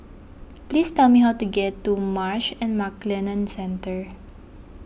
please tell me how to get to Marsh and McLennan Centre